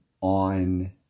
on